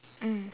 mm